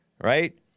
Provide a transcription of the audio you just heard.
right